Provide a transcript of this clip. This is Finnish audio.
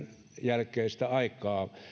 jälkeistä aikaa